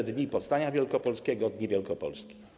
Były dni powstania wielkopolskiego, dni Wielkopolski.